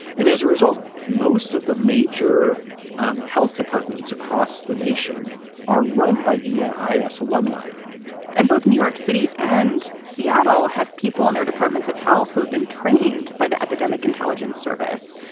and as a result, most of the major um health departments across the nation are run by yeah, i s. alumni and both new york city and seattle have people in their departments of health who have been trained by the epidemic intelligence service.